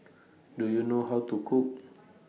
Do YOU know How to Cook